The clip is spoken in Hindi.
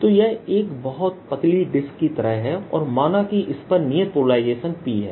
तो यह एक बहुत पतली डिस्क की तरह है और माना कि इस पर एक नियत पोलराइजेशन P है